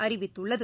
அறிவித்துள்ளது